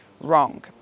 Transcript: wrong